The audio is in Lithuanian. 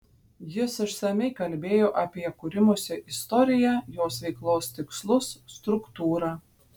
jis išsamiai kalbėjo apie kūrimosi istoriją jos veiklos tikslus struktūrą